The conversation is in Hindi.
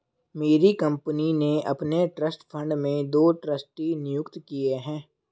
मेरी कंपनी ने अपने ट्रस्ट फण्ड में दो ट्रस्टी नियुक्त किये है